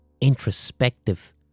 introspective